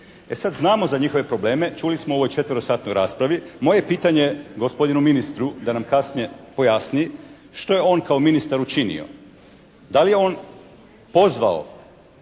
E sada znamo za njihove probleme, čuli smo u ovoj četverosatnoj raspravi. Moje pitanje gospodinu ministru, da nam kasnije pojasni. Što je on kao ministar učinio. Da li je on pozvao